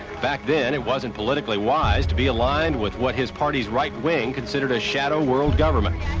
back then it wasn't politically wise to be aligned with what. his party's right wing considered a shadow world government.